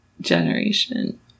generation